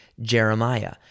Jeremiah